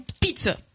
pizza